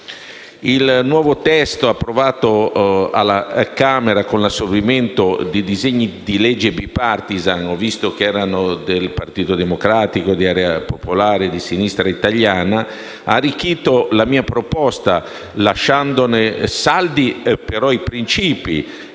Il nuovo testo approvato alla Camera con l'assorbimento di disegni di legge *bipartisan* - del Partito Democratico, di Area Popolare, di Sinistra Italiana - ha arricchito la mia proposta, lasciandone saldi, però, i principi,